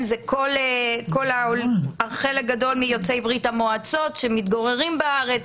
אני מתכוונת לחלק גדול מיוצאי ברית המועצות שמתגוררים בארץ